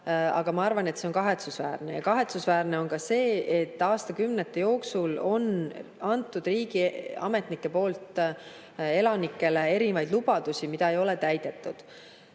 aga ma arvan, et see on kahetsusväärne. Kahetsusväärne on ka see, et aastakümnete jooksul on riigiametnikud andnud elanikele erinevaid lubadusi, mida ei ole täidetud.